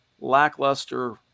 lackluster